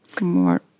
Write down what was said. more